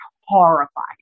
horrifying